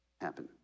happen